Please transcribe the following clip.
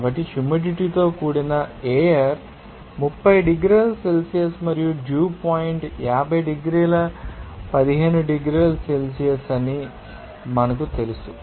కాబట్టి హ్యూమిడిటీ తో కూడిన ఎయిర్ 30 డిగ్రీల సెల్సియస్ మరియు డ్యూ పాయింట్ 50 డిగ్రీల 15 డిగ్రీల సెల్సియస్ అని మనకు తెలుసు